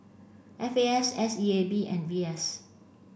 F A S S E A B and V S